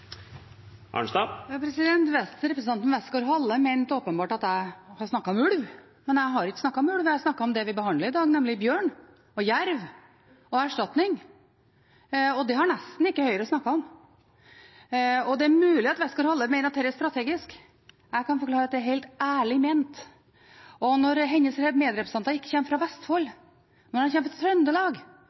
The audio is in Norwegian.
Representanten Westgaard-Halle mente åpenbart at jeg har snakket om ulv, men jeg har ikke snakket om ulv, jeg har snakket om det vi behandler i dag, nemlig bjørn, jerv og erstatning, og det har Høyre nesten ikke snakket om. Det er mulig Westgaard-Halle mener at dette er strategisk. Jeg kan forklare at det er helt ærlig ment. Og når hennes medrepresentanter ikke kommer fra Vestfold, men kommer fra Trøndelag,